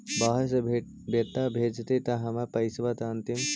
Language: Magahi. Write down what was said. बाहर से बेटा भेजतय त हमर पैसाबा त अंतिम?